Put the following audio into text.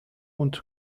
und